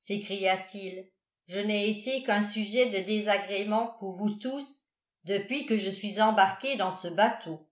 s'écria-t-il je n'ai été qu'un sujet de désagrément pour vous tous depuis que je suis embarqué dans ce bateau